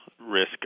risk